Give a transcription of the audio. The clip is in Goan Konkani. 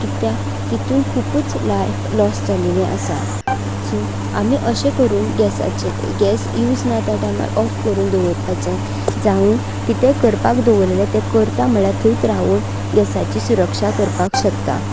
कित्याक तातूंत खुबूच लायफ लॉस जाल्लेली आसा सो आमी अशें करून गॅसाचे गॅस यूज ना त्या टायमार ऑफ करून दवरपाचें जावं कितें करपाक दवल्लेलें तें करता म्हणल्यार थंयत रावन गॅसाची सुरक्षा करपाक शकता